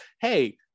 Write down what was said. hey